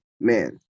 man